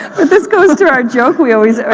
but this goes to our joke we always.